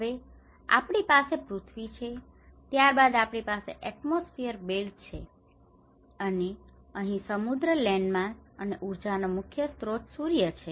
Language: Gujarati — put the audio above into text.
હવે આપણી પાસે પૃથ્વી છે અને ત્યારબાદ આપણી પાસે એટમોસ્ફિયર બેલ્ટ છે અને અહીં સમુદ્ર લેન્ડમાસ અને ઉર્જાનો મુખ્ય સ્ત્રોત સૂર્ય છે